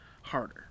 harder